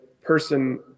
person